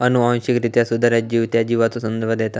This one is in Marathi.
अनुवांशिकरित्या सुधारित जीव त्या जीवाचो संदर्भ देता